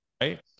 Right